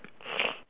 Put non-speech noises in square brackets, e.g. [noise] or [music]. [noise]